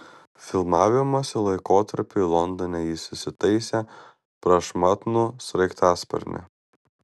filmavimosi laikotarpiui londone jis įsitaisė prašmatnų sraigtasparnį